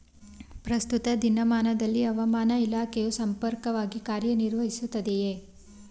ಪ್ರಸ್ತುತ ದಿನಮಾನದಲ್ಲಿ ಹವಾಮಾನ ಇಲಾಖೆಯು ಸಮರ್ಪಕವಾಗಿ ಕಾರ್ಯ ನಿರ್ವಹಿಸುತ್ತಿದೆಯೇ?